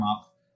up